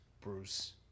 Bruce